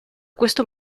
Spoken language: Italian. questo